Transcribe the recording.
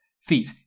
feet